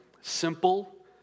Simple